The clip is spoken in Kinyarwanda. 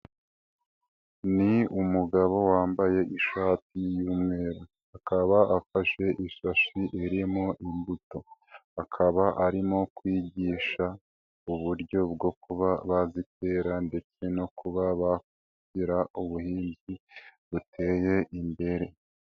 Ni umugabo wambaye ishati y'umweru, akaba afashe ishashi irimo imbuto, akaba arimo kwigisha uburyo bwo kuba bazitera ndetse no kubagira ubuhinzi buteye imbere.